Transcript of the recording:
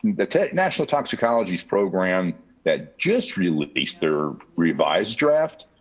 the national toxicology program that just released their revised draft.